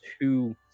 two